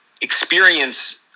experience